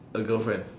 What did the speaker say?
a girlfriend